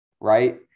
right